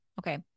Okay